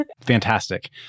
Fantastic